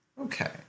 Okay